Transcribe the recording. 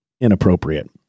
inappropriate